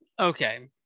Okay